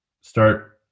start